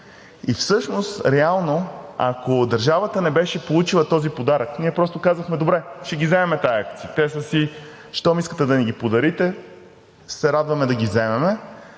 И всъщност реално, ако държавата не беше получила този подарък, ние просто казахме: добре, ще ги вземем тези акции, щом искате да ни ги подарите, ще се радваме да ги вземем.